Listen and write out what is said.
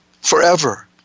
forever